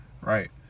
right